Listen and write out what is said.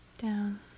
Down